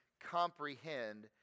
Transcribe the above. comprehend